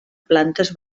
plantes